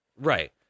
Right